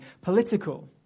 political